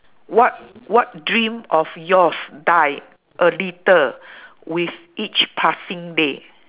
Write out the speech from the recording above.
what what dream of yours die a little with each passing day